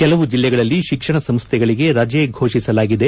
ಕೆಲವು ಜಿಲ್ಲೆಗಳಲ್ಲಿ ಶಿಕ್ಷಣ ಸಂಸ್ಥೆಗಳಿಗೆ ರಜೆ ಘೋಷಿಸಲಾಗಿದೆ